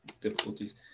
difficulties